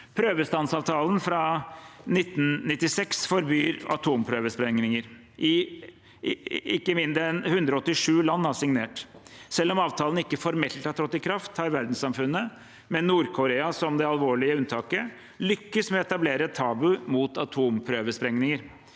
Prøvestansavtalen fra 1996 forbyr atomprøvesprengninger. Ikke mindre enn 187 land har signert. Selv om avtalen ikke formelt har trådt i kraft, har verdenssamfunnet – med Nord-Korea som det alvorlige unntaket – lyktes med å etablere et tabu mot atomprøvesprengninger.